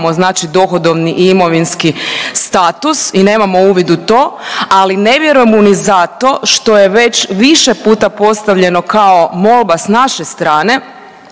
znači dohodovni i imovinski status i nemamo uvid u to, ali ne vjerujem mu ni zato što je već više puta postavljeno kao molba s naše strane